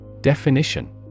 Definition